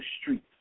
streets